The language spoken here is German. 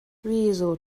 wieso